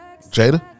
Jada